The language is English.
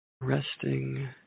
Resting